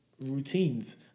routines